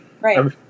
Right